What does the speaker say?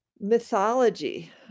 mythology